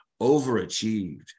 overachieved